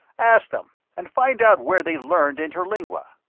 ask them and find out where they learned interlingua.